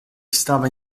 stava